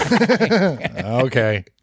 Okay